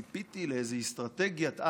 ציפיתי לאיזה אסטרטגיית-על,